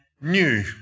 new